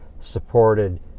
supported